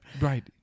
Right